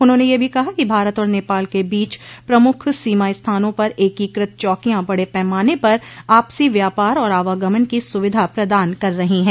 उन्होंने यह भी कहा कि भारत और नेपाल के बीच प्रमुख सीमा स्थानों पर एकीकृत चौकियां बड़े पैमाने पर आपसी व्यापार और आवागमन की सुविधा प्रदान कर रही हैं